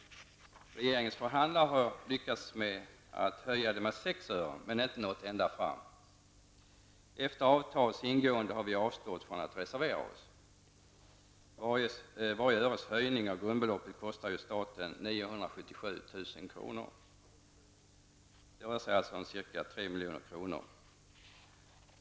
Regeringens förhandlare har lyckats få en höjning med 6 öre men inte nått ända fram. Efter avtalets ingående har vi avstått från att reservera oss. Varje öres höjning av grundbeloppet kostar staten 977 000 kr. Det rör sig om 3 milj.kr.